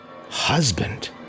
husband